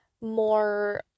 more